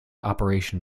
operation